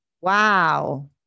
Wow